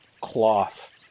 cloth